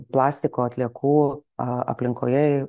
plastiko atliekų aplinkoje